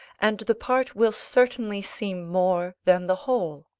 and the part will certainly seem more than the whole.